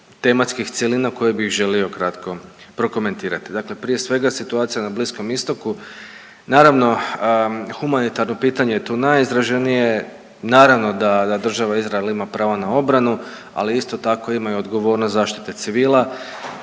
tematskih cjelina koje bih želio kratko prokomentirati. Dakle, prije svega situacija na Bliskom Istoku naravno humanitarno pitanje je tu najizraženije, naravno da država Izrael ima pravo na obranu, ali isto tako ima i odgovornost zaštite civila,